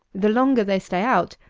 the longer they stay out,